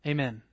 Amen